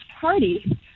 party